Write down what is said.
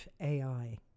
AI